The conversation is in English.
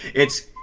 it's